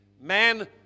Man